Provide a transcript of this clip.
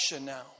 now